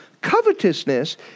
Covetousness